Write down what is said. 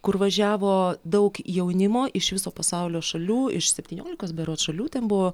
kur važiavo daug jaunimo iš viso pasaulio šalių iš septyniolikos berods šalių ten buvo